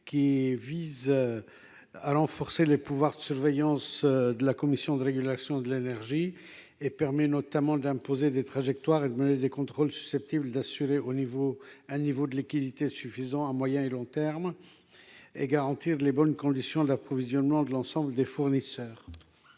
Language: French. vise à renforcer les pouvoirs de surveillance de la Commission de régulation de l’énergie. Il permet notamment à la CRE d’imposer des trajectoires et de mener des contrôles susceptibles d’assurer un niveau de liquidité suffisant à moyen et long terme et de garantir de bonnes conditions d’approvisionnement de l’ensemble des fournisseurs.